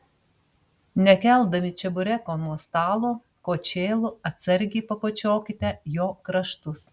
nekeldami čebureko nuo stalo kočėlu atsargiai pakočiokite jo kraštus